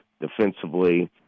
defensively